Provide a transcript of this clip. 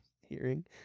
hearing